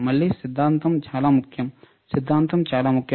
మళ్ళీ సిద్ధాంతం చాలా ముఖ్యం సిద్ధాంతం చాలా ముఖ్యం